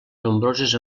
nombroses